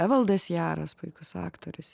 evaldas jaras puikus aktorius